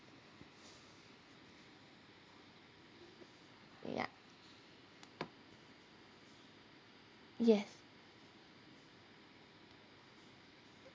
ya yes